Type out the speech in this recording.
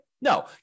No